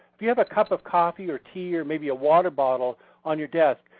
if you have a cup of coffee, or tea, or maybe a water bottle on your desk,